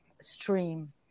stream